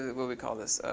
will we call this?